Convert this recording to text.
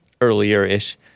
Earlier-ish